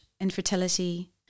infertility